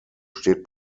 steht